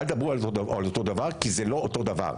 אל תדברו על זה כאותו דבר, כי זה לא אותו דבר.